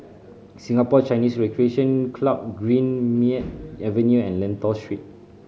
Singapore Chinese Recreation Club Greenmead Avenue and Lentor Street